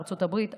בארצות הברית.